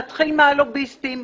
נתחיל מהלוביסטים,